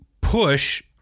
push